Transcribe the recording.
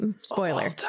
spoiler